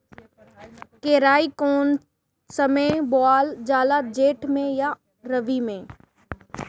केराई कौने समय बोअल जाला जेठ मैं आ रबी में?